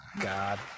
God